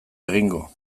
egingo